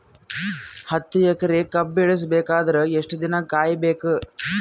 ಹತ್ತು ಎಕರೆ ಕಬ್ಬ ಇಳಿಸ ಬೇಕಾದರ ಎಷ್ಟು ದಿನ ಕಾಯಿ ಬೇಕು?